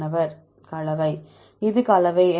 மாணவர் கலவை இது கலவை